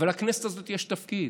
אבל לכנסת הזאת יש תפקיד.